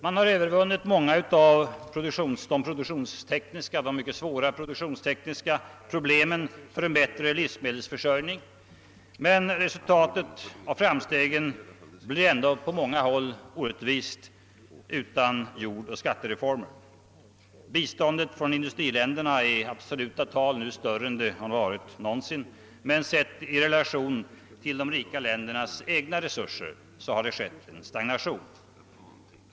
Man har övervunnit många av de mycket svåra produktionstekniska problemen för en bättre livsmedelsförsörjning, men resultatet av framstegen blir ändå på många hållt orättvist utan samtidiga jordoch skattereformer. Biståndet från industriländerna är nu i absoluta tal större än det varit någon gång tidigare, men i relation till de rika ländernas egna resurser har det stagnerat.